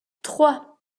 trois